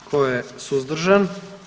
Tko je suzdržan?